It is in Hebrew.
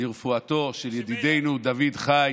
לרפואתו של ידידנו דוד חי